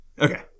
Okay